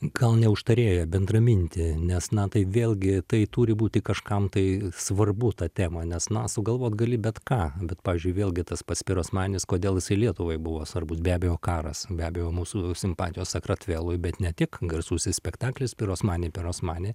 gal ne užtarėją bendramintį nes na tai vėlgi tai turi būti kažkam tai svarbu ta tema nes na sugalvot gali bet ką bet pavyzdžiui vėlgi tas pats pirosmanis kodėl jisai lietuvai buvo svarbus be abejo karas be abejo mūsų simpatijos sakartvelui bet ne tik garsusis spektaklis pirosmani pirosmani